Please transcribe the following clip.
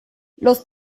los